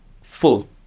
full